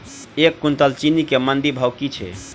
एक कुनटल चीनी केँ मंडी भाउ की छै?